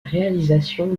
réalisation